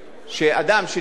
אדם שנפגע,